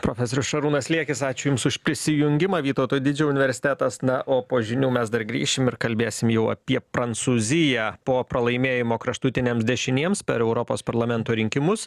profesorius šarūnas liekis ačiū jums už prisijungimą vytauto didžiojo universitetas na o po žinių mes dar grįšim ir kalbėsim jau apie prancūziją po pralaimėjimo kraštutiniams dešiniems per europos parlamento rinkimus